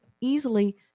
easily